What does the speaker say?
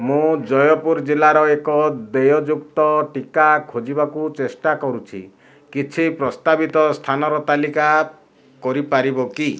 ମୁଁ ଜୟପୁର ଜିଲ୍ଲାର ଏକ ଦେୟଯୁକ୍ତ ଟିକା ଖୋଜିବାକୁ ଚେଷ୍ଟା କରୁଛି କିଛି ପ୍ରସ୍ତାବିତ ସ୍ଥାନର ତାଲିକା କରିପାରିବ କି